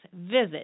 Visit